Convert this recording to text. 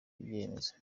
ibimenyetso